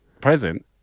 present